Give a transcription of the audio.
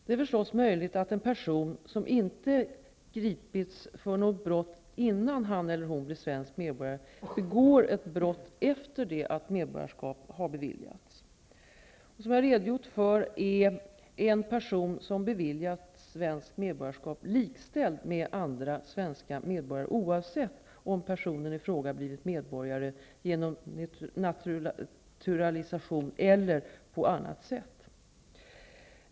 Det är förstås möjligt att en person som inte gripits för något brott innan han eller hon blev svensk medborgare, begår ett brott efter det att medborgarskap har beviljats. Som jag redogjort för är en person som beviljats svenskt medborgarskap likställd med andra svenska medborgare, oavsett om personen i fråga blivit medborgare genom naturalisation eller på annat sätt.